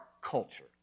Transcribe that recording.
culture